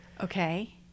Okay